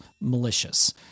malicious